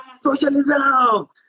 socialism